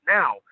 now